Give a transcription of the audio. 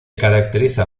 caracteriza